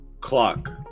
Clock